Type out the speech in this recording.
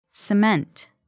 Cement